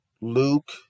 Luke